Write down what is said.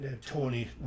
Tony